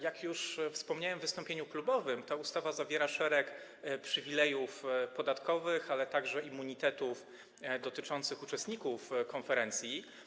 Jak już wspomniałem w wystąpieniu klubowym, ta ustawa określa szereg przywilejów podatkowych, ale także immunitetów dotyczących uczestników konferencji.